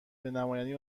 نمایندگی